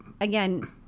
again